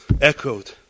echoed